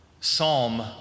Psalm